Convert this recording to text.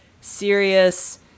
serious